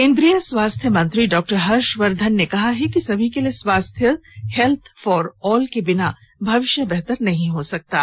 केंद्रीय स्वास्थ्य मंत्री डॉक्टर हर्षवर्धन ने कहा है कि सभी के लिए स्वास्थ्य हेल्थ फॉर ऑल के बिना भविष्य बेहतर नहीं हो सकता है